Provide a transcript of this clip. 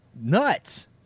nuts